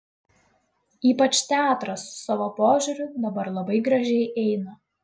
ypač teatras su savo požiūriu dabar labai gražiai eina